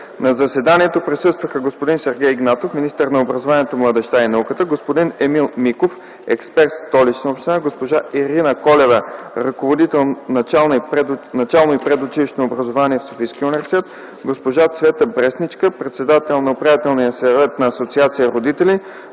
На заседанието присъстваха: господин Сергей Игнатов – министър на образованието, младежта и науката, господин Емил Миков – експерт в Столична община, госпожа Ирина Колева – ръководител „Начално и предучилищно образование” в Софийския университет, госпожа Цвета Брестничка – председател на Управителния съвет на Асоциация „Родители”,